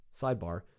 sidebar